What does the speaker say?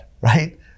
right